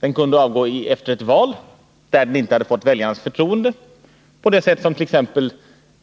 Den kunde avgå efter ett val, där den inte fått väljarnas förtroende, på det sätt som